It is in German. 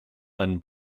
einen